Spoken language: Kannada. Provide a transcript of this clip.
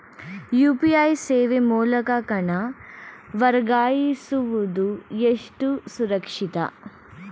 ಯು.ಪಿ.ಐ ಸೇವೆ ಮೂಲಕ ಹಣ ವರ್ಗಾಯಿಸುವುದು ಎಷ್ಟು ಸುರಕ್ಷಿತ?